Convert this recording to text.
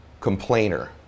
complainer